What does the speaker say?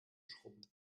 schrubben